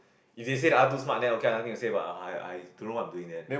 if they say the other two smart then okay ah nothing to say but I don't know what I'm doing there